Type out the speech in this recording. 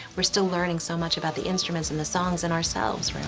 we are still learning so much about the instruments and the songs and ourselves,